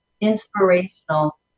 inspirational